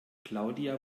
claudia